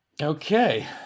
Okay